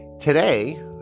today